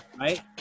Right